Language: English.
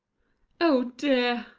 oh dear!